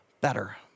better